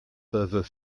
peuvent